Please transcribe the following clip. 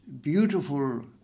beautiful